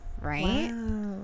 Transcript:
right